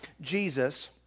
Jesus